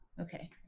okay